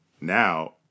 Now